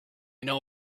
know